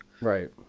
Right